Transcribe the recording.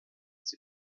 sie